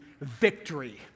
victory